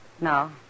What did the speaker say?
No